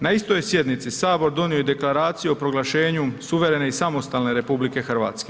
Na istoj je sjednici Sabor donio i Deklaraciju o proglašenju suverene i samostalne RH.